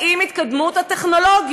שמתאפשרת, תודה לאל, עם התקדמות הטכנולוגיה?